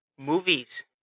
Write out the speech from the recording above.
movies